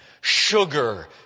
sugar